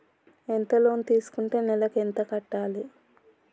ఎంత లోన్ తీసుకుంటే నెలకు ఎంత కట్టాలి?